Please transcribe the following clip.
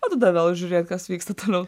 o tada vėl žiūrėk kas vyksta toliau